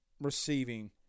receiving